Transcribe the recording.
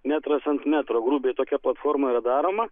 metras ant metro grubiai tokia platforma yra daroma